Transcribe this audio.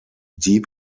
deep